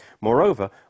Moreover